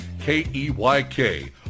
K-E-Y-K